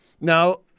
Now